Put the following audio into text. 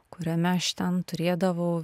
kuriame aš ten turėdavau